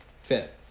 Fifth